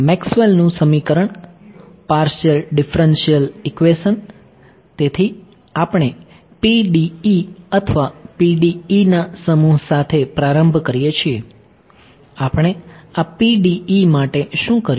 Maxwell નું સમીકરણ partial differential equation તેથી આપણે PDE અથવા PDE ના સમૂહ સાથે પ્રારંભ કરીએ છીએ આપણે આ PDE માટે શું કર્યું